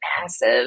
massive